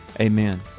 Amen